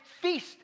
feast